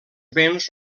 béns